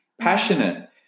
passionate